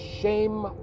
shame